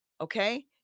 Okay